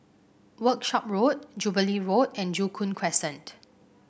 Workshop Road Jubilee Road and Joo Koon Crescent